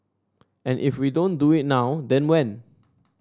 and if we don't do it now then when